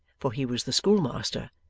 for he was the schoolmaster,